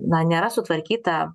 na nėra sutvarkyta